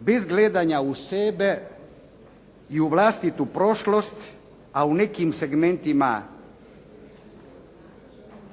Bez gledanja u sebe i u vlastitu prošlost, a u nekim segmentima